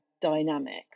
dynamics